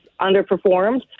underperformed